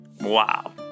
Wow